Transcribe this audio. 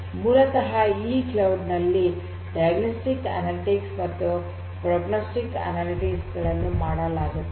ಮೂಲತಃ ಈ ಕ್ಲೌಡ್ ನಲ್ಲಿ ಡಯಗನೋಸ್ಟಿಕ್ಸ್ ಅನಲಿಟಿಕ್ಸ್ ಮತ್ತು ಪ್ರೋಗ್ನೋಸ್ಟಿಕ್ ಅನಲಿಟಿಕ್ಸ್ ಗಳನ್ನು ಮಾಡಲಾಗುತ್ತದೆ